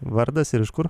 vardas ir iš kur